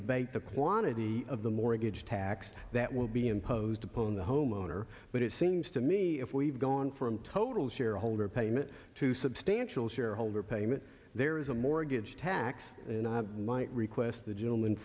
debate the quantity of the mortgage tax that will be imposed upon the homeowner but it seems to me if we've gone from total shareholder payment to substantial shareholder payment there is a mortgage tax and i might request the gentleman